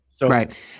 Right